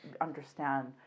understand